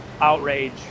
outrage